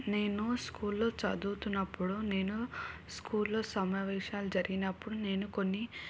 నేను స్కూల్లో చదువుతున్నప్పుడు నేను స్కూల్లో సమావేశాలు జరిగినప్పుడు నేను కొన్ని